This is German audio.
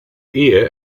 ehe